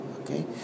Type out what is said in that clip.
okay